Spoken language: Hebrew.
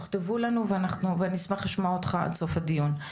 תכתבו לנו ואני אשמח לשמוע אותך עד סוף הדיון.